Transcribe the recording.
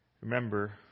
Remember